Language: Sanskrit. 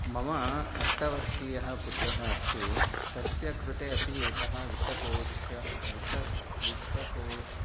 मम अष्ट वर्षीयः पुत्रः अस्ति तस्य कृते अपि एकः वित्तकोष वित्त वित्तकोष्